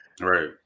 Right